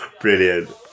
Brilliant